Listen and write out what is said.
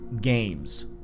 games